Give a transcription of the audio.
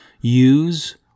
use